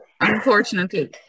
unfortunately